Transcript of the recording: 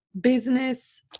business